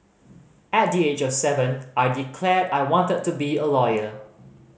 at the age of seven I declared I wanted to be a lawyer